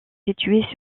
située